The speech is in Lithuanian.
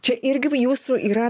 čia irgi va jūsų yra